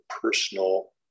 personal